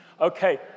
Okay